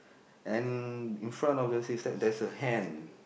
and in in front of the six stacks there's a hand